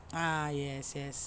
ah yes yes